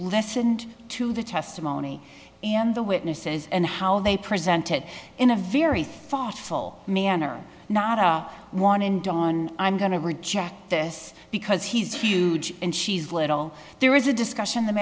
listened to the testimony and the witnesses and how they presented in a very thoughtful manner not one in don i'm going to reject this because he's huge and she's little there is a discussion the